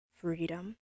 freedom